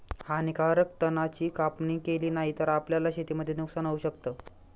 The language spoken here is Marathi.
हानीकारक तणा ची कापणी केली नाही तर, आपल्याला शेतीमध्ये नुकसान होऊ शकत